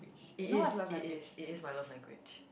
it is it is it is my love language